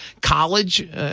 college